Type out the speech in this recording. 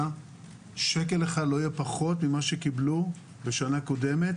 אמר ששקל אחד לא יהיה פחות ממה שקיבלו בשנה קודמת.